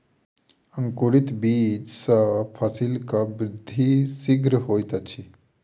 अंकुरित बीज सॅ फसीलक वृद्धि शीघ्र होइत अछि